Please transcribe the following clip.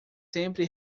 sempre